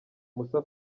musa